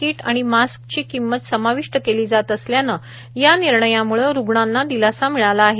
कीट आणि मास्कची किंमत समाविष्ट केली जात असल्यानं या निर्णयाम्ळं रुग्णांना दिलासा मिळाला आहे